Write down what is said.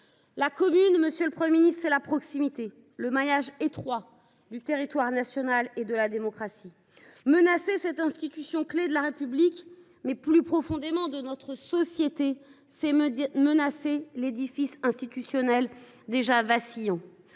La commune, c’est la proximité, le maillage étroit du territoire national et de la démocratie. Menacer cette institution clé de la République et, plus profondément, de notre société, c’est menacer un édifice institutionnel déjà vacillant.